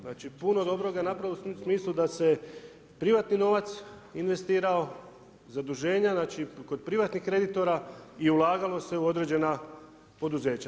Znači puno dobroga je napravila u smislu da se privatni novac investirao, zaduženja znači kod privatnih kreditora i ulagalo se u određena poduzeća.